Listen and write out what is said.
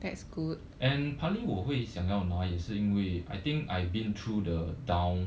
and partly 我会想要拿也是因为 I think I've been through the down